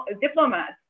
diplomats